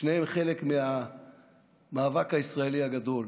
שניהם חלק מהמאבק הישראלי הגדול.